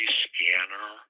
scanner